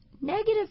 negative